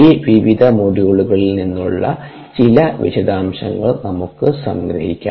ഈ വിവിധ മൊഡ്യൂളുകളിൽ നിന്നുള്ള ചില വിശദാംശങ്ങൾ നമുക്ക് സംഗ്രഹിക്കാം